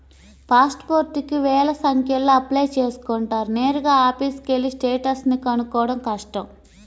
pass పోర్టుకి వేల సంఖ్యలో అప్లై చేసుకుంటారు నేరుగా ఆఫీసుకెళ్ళి స్టేటస్ ని కనుక్కోడం కష్టం